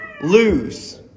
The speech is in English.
lose